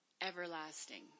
everlasting